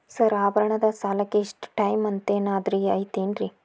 Sir ಆಭರಣದ ಸಾಲಕ್ಕೆ ಇಷ್ಟೇ ಟೈಮ್ ಅಂತೆನಾದ್ರಿ ಐತೇನ್ರೇ?